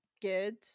good